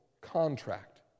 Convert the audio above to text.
contract